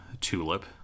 Tulip